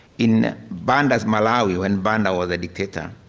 in banda's malawi when banda was a dictator,